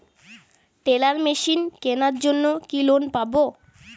Teller machine কেনার জন্য কি লোন পাব?